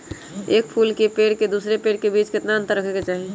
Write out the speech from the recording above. एक फुल के पेड़ के दूसरे पेड़ के बीज केतना अंतर रखके चाहि?